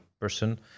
person